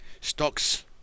stocks